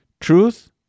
truth